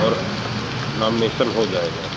और नॉमनेशन हो जाएगा